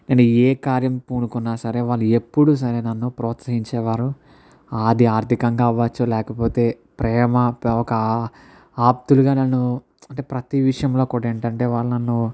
నేను ఏ కార్యం పూనుకున్నా సరే వాళ్ళు ఎప్పుడూ సరే నన్ను ప్రోత్సహించేవారు అది ఆర్ధికంగా అవ్వొచ్చు లేకపోతే ప్రేమ ఒక ఆ ఆప్తులుగా నన్ను అంటే ప్రతి విషయంలో కూడా ఏంటి అంటే వాళ్ళు నన్ను